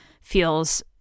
feels